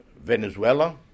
Venezuela